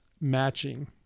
matching